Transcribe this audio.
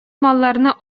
малларны